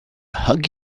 hug